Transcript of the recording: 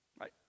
Right